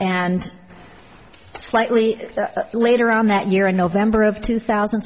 and slightly later on that year in november of two thousand